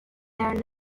are